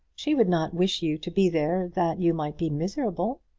she would not wish you to be there that you might be miserable.